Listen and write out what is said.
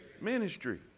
ministry